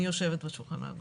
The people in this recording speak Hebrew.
אני יושבת בשולחן העגול.